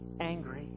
angry